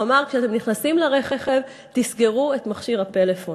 הוא אמר: כשאתם נכנסים לרכב תסגרו את מכשיר הפלאפון.